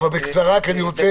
בקצרה.